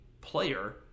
player